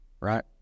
right